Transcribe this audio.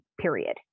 period